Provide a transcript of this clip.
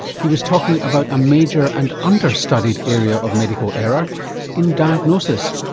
he was talking about a major and under-studied area of medical error in diagnosis.